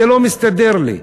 זה לא מסתדר לי.